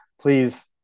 please